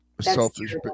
selfish